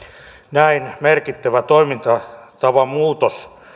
näin merkittävä toimintatavan muutos